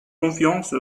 confiance